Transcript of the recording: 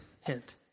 hint